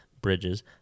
Bridges